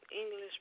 English